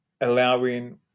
allowing